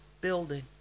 building